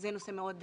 זה נושא מאוד חשוב.